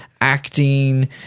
acting